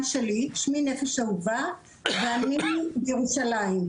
באולפן ירושלים,